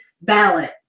ballot